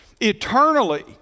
eternally